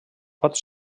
pot